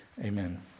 Amen